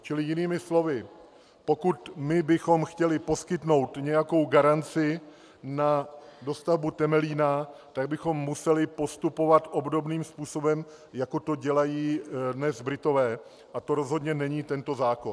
Čili jinými slovy, pokud my bychom chtěli poskytnout nějakou garanci na dostavbu Temelína, tak bychom museli postupovat obdobným způsobem, jako to dnes dělají Britové, a to rozhodně není tento zákon.